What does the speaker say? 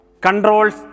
controls